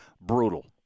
brutal